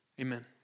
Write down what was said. Amen